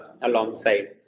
alongside